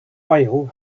while